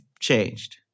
changed